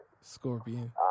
scorpion